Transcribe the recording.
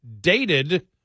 dated